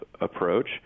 approach